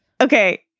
Okay